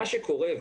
מה שקורה,